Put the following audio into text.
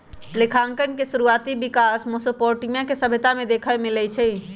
लेखांकन के शुरुआति विकास मेसोपोटामिया के सभ्यता में देखे के मिलइ छइ